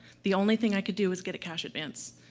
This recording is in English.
the only thing i could do was get a cash advance.